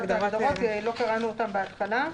לא קראנו את ההגדרות בהתחלה.